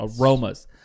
aromas